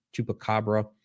chupacabra